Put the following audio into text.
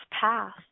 path